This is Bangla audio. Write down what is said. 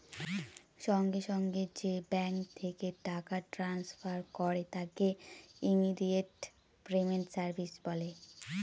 সঙ্গে সঙ্গে যে ব্যাঙ্ক থেকে টাকা ট্রান্সফার করে তাকে ইমিডিয়েট পেমেন্ট সার্ভিস বলে